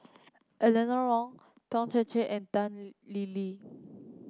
Eleanor Wong Teo Chee Hean and Tan Lee Leng